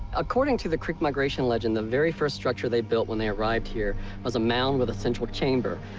according to the creek migration legend, the very first structure they built when they arrived here was a mound with a central chamber.